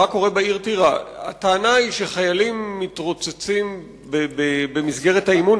הטענה היא שחיילים מתרוצצים במסגרת האימון,